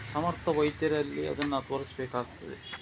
ಸಮರ್ಥ ವೈದ್ಯರಲ್ಲಿ ಅದನ್ನು ತೋರಿಸಬೇಕಾಗ್ತದೆ